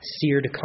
seared